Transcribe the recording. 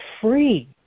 free